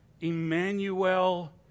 Emmanuel